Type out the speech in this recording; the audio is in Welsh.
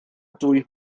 dwy